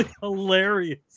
hilarious